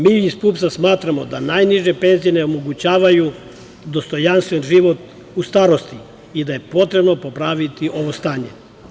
Mi iz PUPS-a smatramo da najniže penzije ne omogućavaju dostojanstven život u starosti i da je potrebno popraviti ovo stanje.